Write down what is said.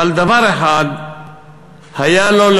אבל דבר אחד היה לו,